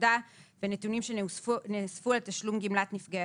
עבודה ונתונים שנאספו על תשלום גמלת נפגעי